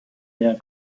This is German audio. der